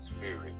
spirit